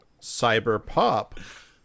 cyberpop